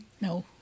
No